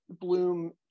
bloom